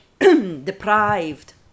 deprived